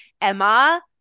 Emma